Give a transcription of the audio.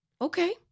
Okay